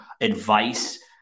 advice